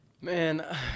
Man